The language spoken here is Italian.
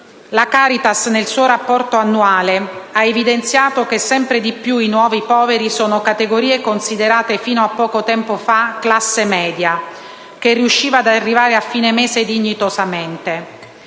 la Caritas, nel suo rapporto annuale, ha evidenziato che sempre di più i nuovi poveri sono categorie considerate fino a qualche anno fa come classe media che riusciva ad arrivare a "fine mese" dignitosamente.